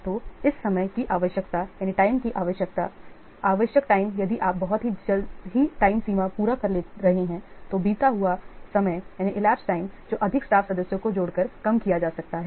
तो इस टाइम की आवश्यकता आवश्यक समय यदि आप बहुत जल्द ही समय सीमा को पूरा कर रहे हैं तो elapsed टाइम जो अधिक स्टाफ सदस्यों को जोड़कर कम किया जा सकता है